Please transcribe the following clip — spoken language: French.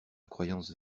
croyance